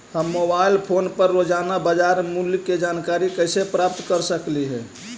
हम mobile phone पर रोजाना बाजार मूल्य के जानकारी कैसे प्राप्त कर सकली हे?